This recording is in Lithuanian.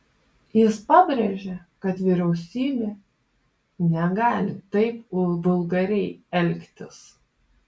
jis pabrėžė kad vyriausybė negali taip vulgariai elgtis